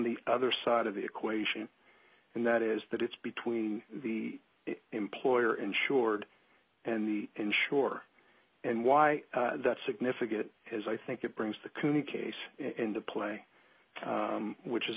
the other side of the equation and that is that it's between the employer insured and the insurer and why that's significant has i think it brings the cooney case into play which is